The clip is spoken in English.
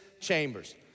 chambers